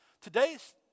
Today's